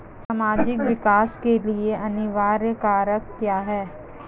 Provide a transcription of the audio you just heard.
सामाजिक विकास के लिए अनिवार्य कारक क्या है?